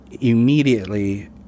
immediately